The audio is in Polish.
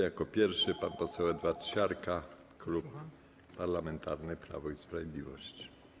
Jako pierwszy pan poseł Edward Siarka, Klub Parlamentarny Prawo i Sprawiedliwość.